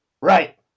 Right